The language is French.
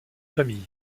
famille